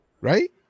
Right